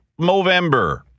Movember